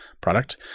product